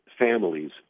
families